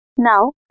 Now